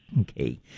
Okay